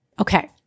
Okay